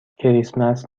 کریسمس